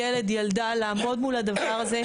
ילד או ילדה לעמוד מול הדבר הזה,